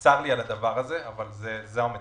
צר לי על הדבר הזה, אבל זאת המציאות.